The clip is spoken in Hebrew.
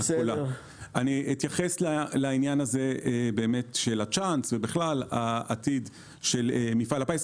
אני אתייחס לעניין של צ'אנס ובכלל לעתיד של מפעל הפיס.